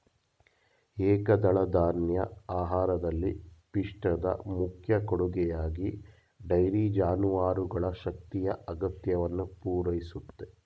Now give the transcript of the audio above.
ಏಕದಳಧಾನ್ಯ ಆಹಾರದಲ್ಲಿ ಪಿಷ್ಟದ ಮುಖ್ಯ ಕೊಡುಗೆಯಾಗಿ ಡೈರಿ ಜಾನುವಾರುಗಳ ಶಕ್ತಿಯ ಅಗತ್ಯವನ್ನು ಪೂರೈಸುತ್ತೆ